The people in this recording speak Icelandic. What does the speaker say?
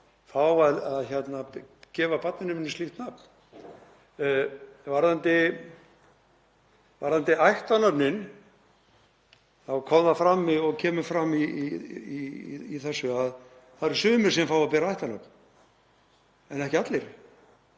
að gefa barninu mínu slíkt nafn. Varðandi ættarnöfnin þá kemur fram í þessu að það eru sumir sem fá að bera ættarnöfn en ekki allir.